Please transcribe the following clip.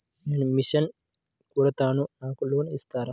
నేను మిషన్ కుడతాను నాకు లోన్ ఇస్తారా?